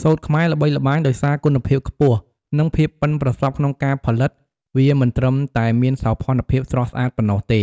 សូត្រខ្មែរល្បីល្បាញដោយសារគុណភាពខ្ពស់ និងភាពប៉ិនប្រសប់ក្នុងការផលិត វាមិនត្រឹមតែមានសោភ័ណភាពស្រស់ស្អាតប៉ុណ្ណោះទេ